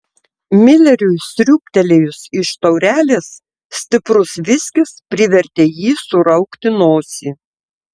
mileriui sriūbtelėjus iš taurelės stiprus viskis privertė jį suraukti nosį